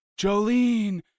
Jolene